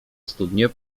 studnie